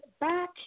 back